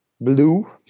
blue